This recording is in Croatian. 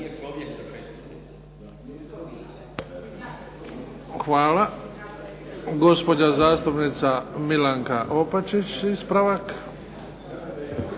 Hvala. Gospođa zastupnica Milanka Opačić, ispravak.